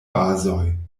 bazoj